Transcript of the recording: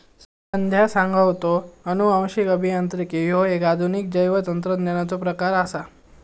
संध्या सांगा होता, अनुवांशिक अभियांत्रिकी ह्यो एक आधुनिक जैवतंत्रज्ञानाचो प्रकार आसा